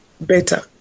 better